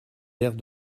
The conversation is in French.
airs